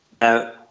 Now